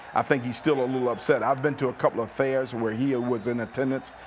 i think he's still a little upset. i've been to a couple affairs where he was in attendance,